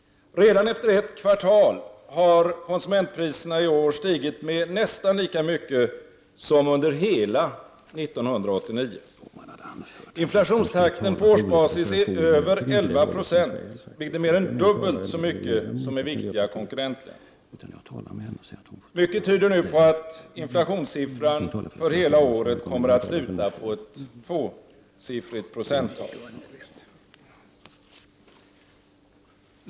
Redan efter ett kvartal har konsumentpriserna i år stigit med nästan lika mycket som under hela 1989. Inflationstakten på årsbasis är över 11 96, vilket är mer än dubbelt så mycket som i viktiga konkurrentländer. Mycket tyder nu på att inflationssiffran för hela året kommer att sluta på ett tvåsiffrigt procenttal.